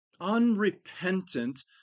unrepentant